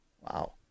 Wow